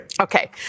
okay